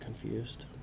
confused